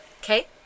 Okay